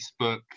Facebook